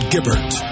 Gibbert